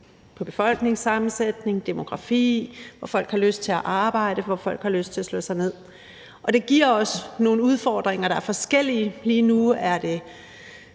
til befolkningssammensætning, demografi, og i forhold til hvor folk har lyst til at arbejde, og hvor folk har lyst til at slå sig ned. Det giver os nogle udfordringer, der er forskellige. Lige nu er der